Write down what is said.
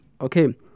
Okay